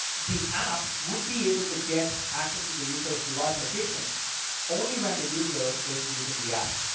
the app would be able to get access to the user's device location only when the user is using the app.